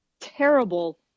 terrible